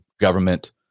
government